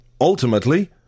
ultimately